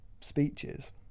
speeches